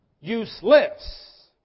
useless